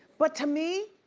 but to me,